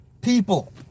people